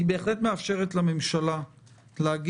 אי-אפשר --- לא.